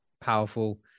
powerful